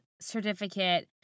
certificate